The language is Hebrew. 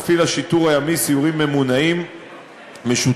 מפעיל השיטור הימי סיורים ממונעים משותפים